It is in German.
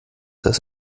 das